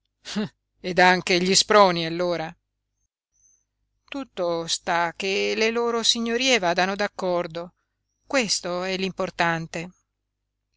ed anche gli sproni allora tutto sta che le loro signorie vadano d'accordo questo è